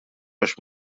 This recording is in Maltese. għax